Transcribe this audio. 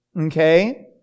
Okay